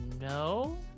No